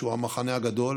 שהוא המחנה הגדול,